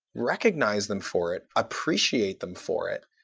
recognize them for it, appreciate them for it.